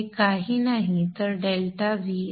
हे काही नाही तर डेल्टा Vr